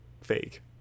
fake